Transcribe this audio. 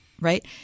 Right